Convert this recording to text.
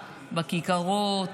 בכיכרות,